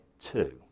two